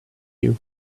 you